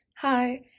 hi